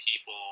people